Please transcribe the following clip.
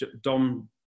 Dom